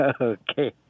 Okay